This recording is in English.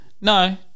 No